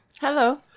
Hello